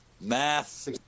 math